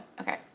okay